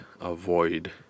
avoid